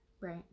right